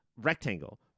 rectangle